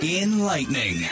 Enlightening